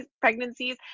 pregnancies